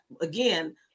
again